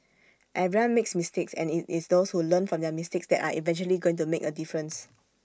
everyone makes mistakes and IT is those who learn from their mistakes that are eventually going to make A difference